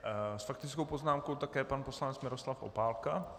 S faktickou poznámkou také pan poslanec Miroslav Opálka.